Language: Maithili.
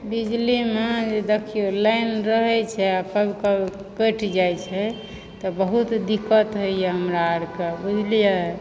बिजलीमे देखिहुँ लाइन रहय छै आ कभी कभी कटि जाय छै तऽ बहुत दिक्कत होइए हमरा आरके बुझलियै